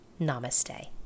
namaste